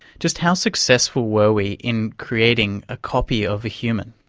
just how successful were we in creating a copy of a human?